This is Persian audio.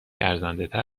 ارزندهتر